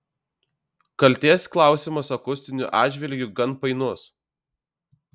kaltės klausimas akustiniu atžvilgiu gan painus